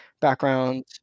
backgrounds